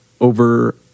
over